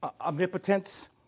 Omnipotence